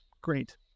great